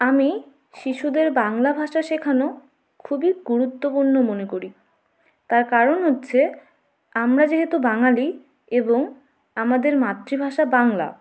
আমি শিশুদের বাংলা ভাষা শেখানো খুবই গুরুত্বপূর্ণ মনে করি তার কারণ হচ্ছে আমরা যেহেতু বাঙালি এবং আমাদের মাতৃভাষা বাংলা